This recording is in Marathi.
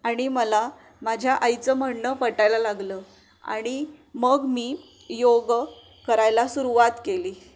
आणि मला माझ्या आईचं म्हणणं पटायला लागलं आणि मग मी योग करायला सुरवात केली